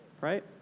right